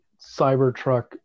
Cybertruck